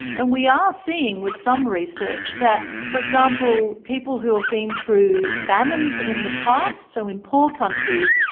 and we are seeing, with some research, that, for example, people who have been through famines in the past, so in poor countries,